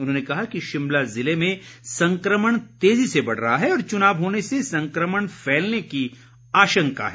उन्होंने कहा कि शिमला ज़िले में संक्रमण तेज़ी से बढ़ रहा है और चुनाव होने से संक्रमण फैलने की आशंका है